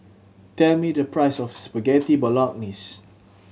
tell me the price of Spaghetti Bolognese